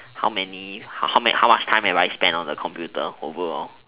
how many how how much time have I spend on the computer overall